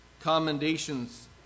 commendations